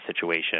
situation